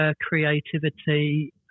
creativity